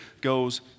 goes